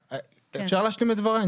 אפשר להשלים את דבריי?